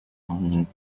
morning